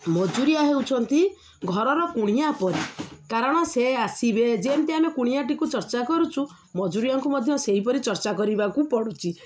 ମଜୁରିଆ ହେଉଛନ୍ତି ଘରର କୁଣିଆ ପରି କାରଣ ସେ ଆସିବେ ଯେମିତି ଆମେ କୁଣିଆଟିକୁ ଚର୍ଚ୍ଚା କରୁଛୁ ମଜୁରିଆଙ୍କୁ ମଧ୍ୟ ସେହିପରି ଚର୍ଚ୍ଚା କରିବାକୁ ପଡ଼ୁଛି